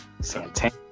Santana